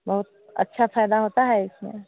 बहुत अच्छा फ़ायदा होता है इसमें